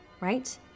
right